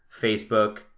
Facebook